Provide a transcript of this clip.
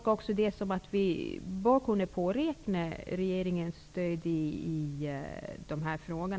Jag tolkar det så att vi bör kunna räkna med regeringens stöd i dessa frågor.